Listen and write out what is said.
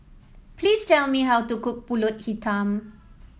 please tell me how to cook pulut hitam